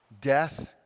death